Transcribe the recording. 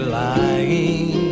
lying